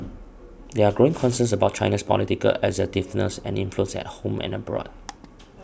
there are growing concerns about China's political assertiveness and influence at home and abroad